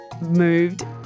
moved